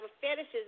fetishes